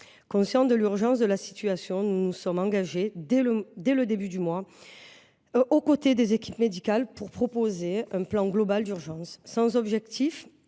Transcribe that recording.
Conscients de l’urgence de la situation, nous nous sommes engagés dès le début du mois aux côtés des équipes médicales pour proposer un plan global d’urgence. Son objectif